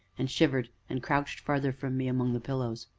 and shivered, and crouched farther from me, among the pillows.